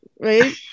Right